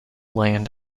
land